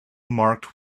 marked